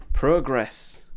progress